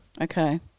Okay